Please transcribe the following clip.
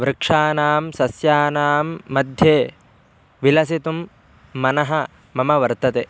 वृक्षानां सस्यानां मध्ये विलसितुं मनः मम वर्तते